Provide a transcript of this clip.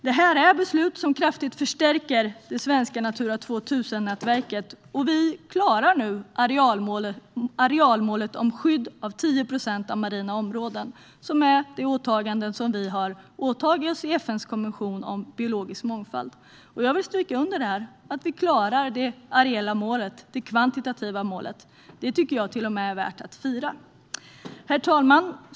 Det här är ett beslut som kraftigt förstärker det svenska Natura 2000-nätverket. Vi klarar nu arealmålet om skydd av 10 procent av marina områden, som är vårt åtagande i FN:s konvention om biologisk mångfald. Jag vill stryka under att vi klarar det areella målet, det kvantitativa målet. Det tycker jag till och med är värt att fira. Herr talman!